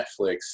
Netflix